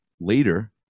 later